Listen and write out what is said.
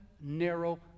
narrow